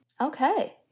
Okay